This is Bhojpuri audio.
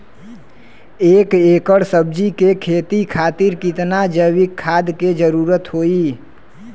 एक एकड़ सब्जी के खेती खातिर कितना जैविक खाद के जरूरत होई?